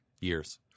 years